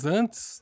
antes